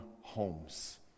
homes